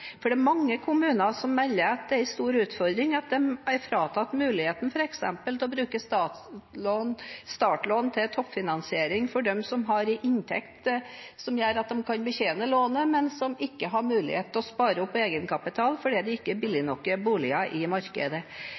for det er mange kommuner som melder at det er en stor utfordring at de er fratatt muligheten til f.eks. å bruke startlån til toppfinansiering for dem som har en inntekt som gjør at de kan betjene lånet, men som ikke har mulighet til å spare opp egenkapital fordi det ikke er billige nok boliger i markedet.